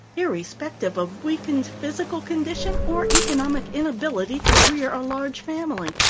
irrespective of weakened physical condition or economic inability to rear a large family.